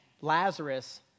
Lazarus